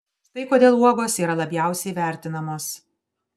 štai kodėl uogos yra labiausiai vertinamos